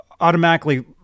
automatically